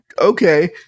okay